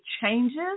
changes